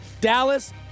Dallas